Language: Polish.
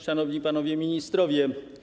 Szanowni Panowie Ministrowie!